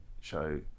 show